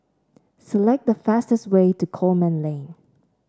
select the fastest way to Coleman Lane